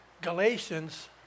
Galatians